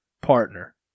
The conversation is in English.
partner